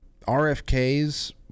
RFK's